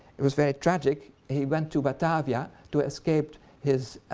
it was very tragic, he went to batavia to escape his